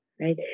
right